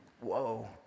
Whoa